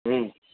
હમ